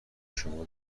شما